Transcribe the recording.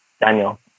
Daniel